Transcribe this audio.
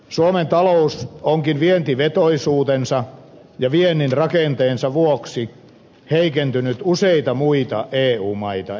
suomen talous onkin vientivetoisuutensa ja viennin rakenteensa vuoksi heikentynyt useita muita eu maita enemmän